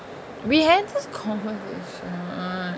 we had this conversation